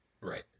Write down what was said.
right